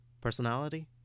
Personality